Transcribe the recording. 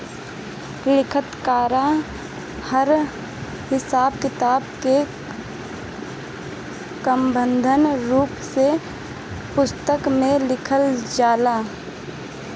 लेखाकरण हर हिसाब किताब के क्रमबद्ध रूप से पुस्तिका में लिखल जाला